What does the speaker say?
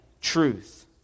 truth